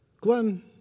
Glenn